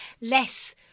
less